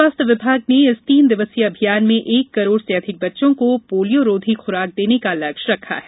स्वास्थ्य विभाग ने इस तीन दिवसीय अभियान में एक करोड़ से अधिक बच्चों को पोलियारोधी खुराक देने का लक्ष्य रखा है